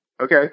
okay